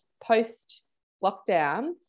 post-lockdown